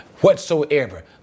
whatsoever